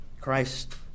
Christ